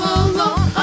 alone